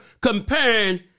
comparing